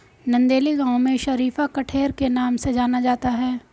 नंदेली गांव में शरीफा कठेर के नाम से जाना जाता है